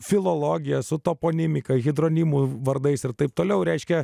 filologija su toponimika hidronimų vardais ir taip toliau reiškia